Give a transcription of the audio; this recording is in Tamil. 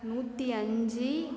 நூற்றி அஞ்சு